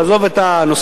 עזוב את הנושא.